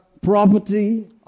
Property